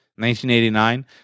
1989